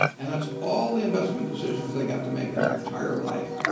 and that's all the investment decisions they got to make in their entire life,